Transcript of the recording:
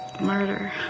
murder